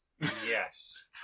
Yes